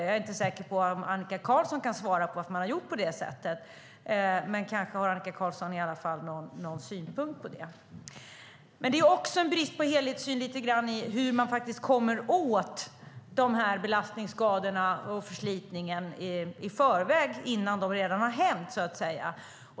Jag är inte säker på om Annika Qarlsson kan svara på varför man har gjort på det sättet, men kanske har hon i alla fall någon synpunkt på det. Det är också en brist på helhetssyn när det gäller hur man förebygger belastningsskadorna och förslitningarna.